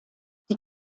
die